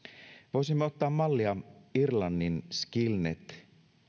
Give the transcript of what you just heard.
voisimme ottaa mallia irlannin skillnet